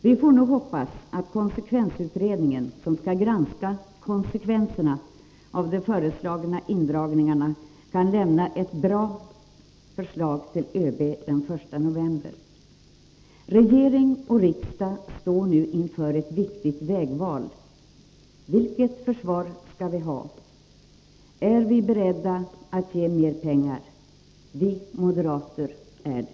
Vi får nu hoppas att ”Konsekvensutredningen”, som skall granska ”konsekvenserna” av de föreslagna indragningarna, kan lämna ett bra förslag till ÖB den 1 november. Regering och riksdag står nu inför ett viktigt vägval. Vilket försvar skall vi ha? Är vi beredda att ge mera pengar? Vi moderater är det.